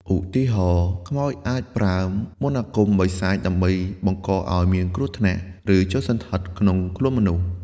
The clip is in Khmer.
ឧទាហរណ៍ ខ្មោចអាចប្រើ មន្តអាគមបិសាច ដើម្បីបង្កឲ្យមានគ្រោះថ្នាក់ ឬចូលសណ្ឋិតក្នុងខ្លួនមនុស្ស។